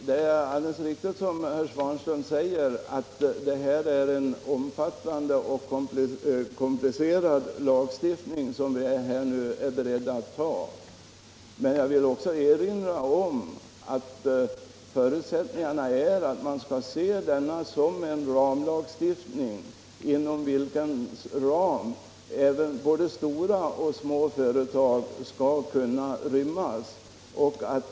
Herr talman! Det är alldeles riktigt som herr Svanström säger, att det är en omfattande och komplicerad lagstiftning som vi nu här är beredda att fatta beslut om. Men jag vill också erinra om att denna skall ses som en ramlagstiftning, inom vilken både stora och små företag skall kunna rymmas.